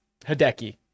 Hideki